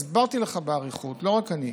הסברתי לך באריכות, לא רק אני,